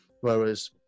Whereas